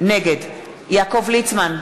נגד יעקב ליצמן,